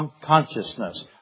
consciousness